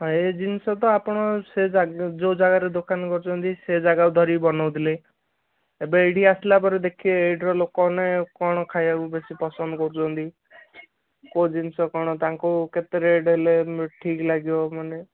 ଏ ଜିନିଷ ତ ଆପଣ ସେ ଯେଉଁ ଯାଗାରେ ଦୋକାନ କରିଛନ୍ତି ସେ ଯାଗାକୁ ଧରି ବନଉଥିଲେ ଏବେ ଏଇଠି କି ଆସିଲା ପରେ ଦେଖିବେ ଏଇଠିର ଲୋକମାନେ କ'ଣ ଖାଇବାକୁ ବେଶୀ ପସନ୍ଦ କରୁଛନ୍ତି କେଉଁ ଜିନିଷ କ'ଣ ତାଙ୍କୁ କେତେ ରେଟ୍ ହେଲେ ଠିକ୍ ଲାଗିବ ମାନେ